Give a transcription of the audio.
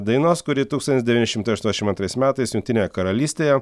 dainos kuri tūkstantis devyni šimtai aštuoniasdešim antrais metais jungtinėje karalystėje